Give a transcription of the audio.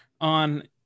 on